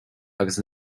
agus